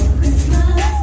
Christmas